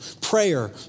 prayer